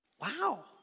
Wow